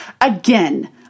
Again